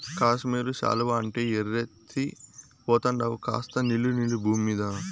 కాశ్మీరు శాలువా అంటే ఎర్రెత్తి పోతండావు కాస్త నిలు నిలు బూమ్మీద